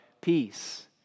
peace